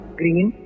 green